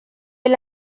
إلى